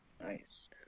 Nice